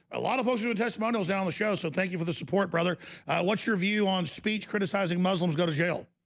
a lot of folks do testimonials down on the show. so thank you for the support brother what's your view on speech criticizing muslims go to jail.